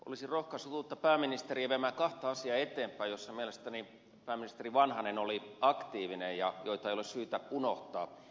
olisin rohkaissut uutta pääministeriä viemään eteenpäin kahta asiaa joissa mielestäni pääministeri vanhanen oli aktiivinen ja joita ei ole syytä unohtaa